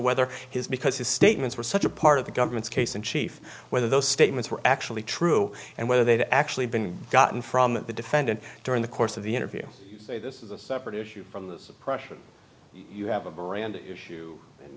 whether his because his statements were such a part of the government's case in chief whether those statements were actually true and whether they'd actually been gotten from the defendant during the course of the interview this is a separate issue from the suppression you have a brand issue